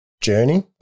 journey